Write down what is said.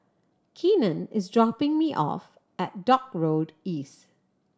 Keenan is dropping me off at Dock Road East